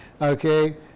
Okay